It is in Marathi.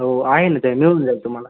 हो आहे ना त्याय मिळून जाईल तुम्हाला